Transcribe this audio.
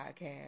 Podcast